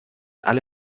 alle